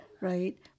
right